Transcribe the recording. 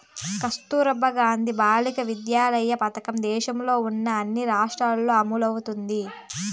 కస్తుర్బా గాంధీ బాలికా విద్యాలయ పథకం దేశంలో ఉన్న అన్ని రాష్ట్రాల్లో అమలవుతోంది